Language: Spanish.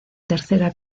tercera